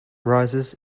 rises